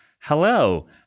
hello